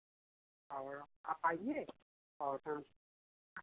और आप आइए और हम